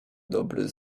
dobry